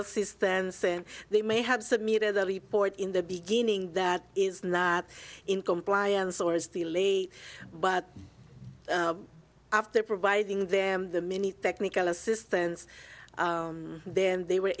assistance and they may have submitted a report in the beginning that is not in compliance or is delay but after providing them the many technical assistance then they were